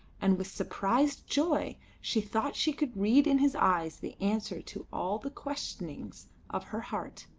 and with surprised joy she thought she could read in his eyes the answer to all the questionings of her heart.